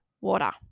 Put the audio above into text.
water